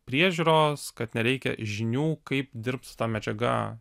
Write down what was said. priežiūros kad nereikia žinių kaip dirbt su ta medžiaga